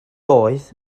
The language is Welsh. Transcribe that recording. oedd